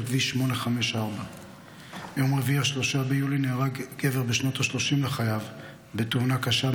כביש 854. ביום רביעי 3 ביולי נהרג גבר בשנות השלושים לחייו בתאונה קשה,